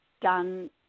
done